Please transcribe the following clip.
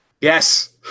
Yes